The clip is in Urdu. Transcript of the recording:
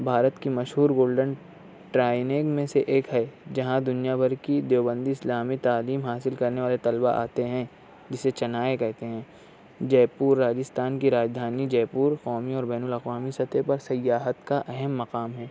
بھارت کی مشہور گولڈن ٹرائینگ میں سے ایک ہے جہاں دنیا بھر کی دیوبندی اسلامی تعلیم حاصل کر نے والے طلبہ آتے ہیں جسے چنائے کہتے ہیں جے پور راجستھان کی راجدھانی جے پورقومی اور بین الاقوامی سطح پر سیاحت کا اہم مقام ہے